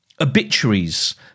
Obituaries